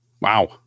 Wow